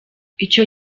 icyo